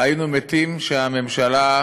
היינו מתים שהממשלה,